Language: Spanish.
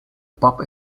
bob